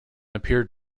appeared